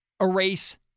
erase